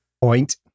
Point